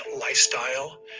lifestyle